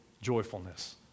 joyfulness